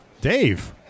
dave